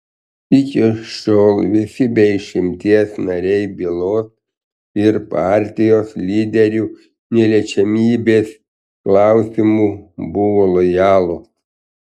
iki šiol visi be išimties nariai bylos ir partijos lyderių neliečiamybės klausimu buvo lojalūs